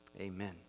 Amen